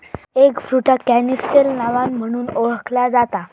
एगफ्रुटाक canistel नावान म्हणुन ओळखला जाता